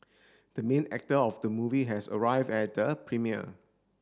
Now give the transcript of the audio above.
the main actor of the movie has arrived at the premiere